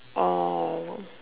or